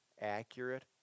accurate